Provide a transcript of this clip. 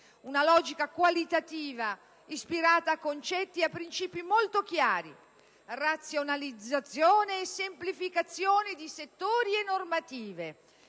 Una logica qualitativa ispirata a concetti e princìpi molto chiari: razionalizzazione e semplificazione di settori e normative.